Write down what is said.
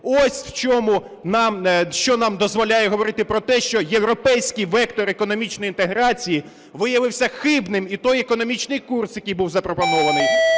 Ось, що нам дозволяє говорити про те, що європейський вектор економічної інтеграції виявився хибним і той економічний курс, який був запропонований.